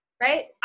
right